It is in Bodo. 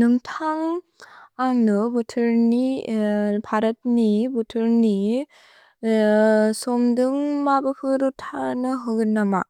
नुम्थन्ग् अन्ग् नु बुतुर् नि, भरत् नि, बुतुर् नि सोम्दुन्ग् मबुकुरुतने हुगुनमक्।